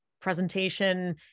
presentation